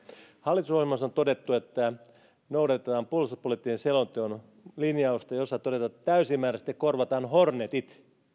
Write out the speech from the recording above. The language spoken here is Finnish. hallitusohjelmassa on todettu että noudatetaan puolustuspoliittisen selonteon linjausta jossa todetaan että täysimääräisesti korvataan hornetit